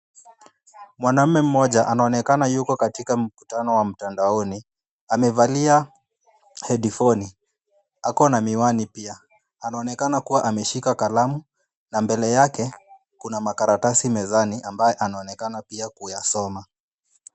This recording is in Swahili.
Mwanamme mmoja anaonekana yuko katika mkutano wa mtandaoni. Amevalia hedifoni. Ako na miwani pia. Anaonekana kua ameshika kalamu na mbele yake kuna makaratasi mezani, ambaye anaonekana pia kuyasoma.